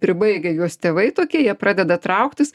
pribaigia juos tėvai tokie jie pradeda trauktis